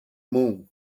moon